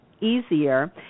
easier